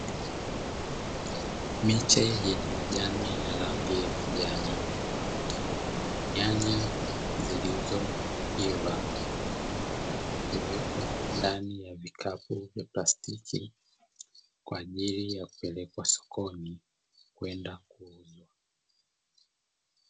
Miche yenye majani ya rangi ya kijani. Nyanya zilizoiva na kuwekwa ndani ya vikapu vya plastiki kwa ajili ya kupelekwa sokoni kwenda kuuzwa.